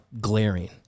glaring